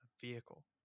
vehicle